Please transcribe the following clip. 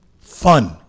fun